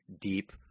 deep